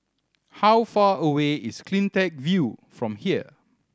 how far away is Cleantech View from here